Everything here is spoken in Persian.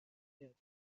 بودند